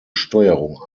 steuerung